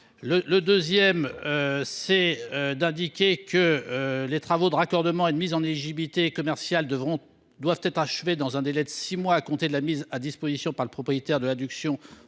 Le deuxième alinéa indique que les travaux de raccordement et de mise en éligibilité commerciale doivent être achevés dans un délai de six mois à compter de la mise à disposition par le propriétaire de l'adduction